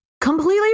Completely